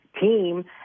team